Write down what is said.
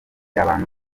abantu